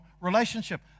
relationship